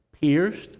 pierced